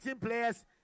players